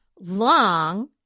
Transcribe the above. long